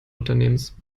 unternehmens